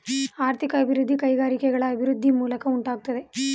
ಆರ್ಥಿಕ ಅಭಿವೃದ್ಧಿ ಕೈಗಾರಿಕೆಗಳ ಅಭಿವೃದ್ಧಿಯ ಮೂಲಕ ಉಂಟಾಗುತ್ತದೆ